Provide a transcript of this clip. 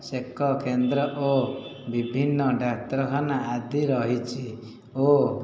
ସେକ କେନ୍ଦ୍ର ଓ ବିଭିନ୍ନ ଡାକ୍ତରଖାନା ଆଦି ରହିଛି ଓ